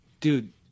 dude